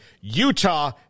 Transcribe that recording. Utah